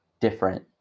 different